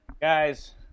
Guys